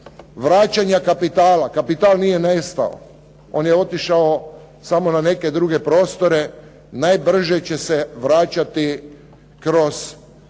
vraćanja kapitala, kapital nije nestao. On je otišao samo na neke druge prostore. Najbrže će se vraćati kroz